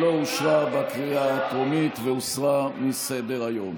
לא אושרה בקריאה הטרומית והוסרה מסדר-היום.